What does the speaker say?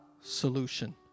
solution